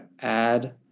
add